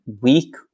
weak